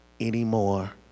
anymore